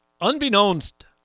unbeknownst